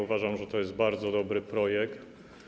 Uważam, że to jest bardzo dobry projekt.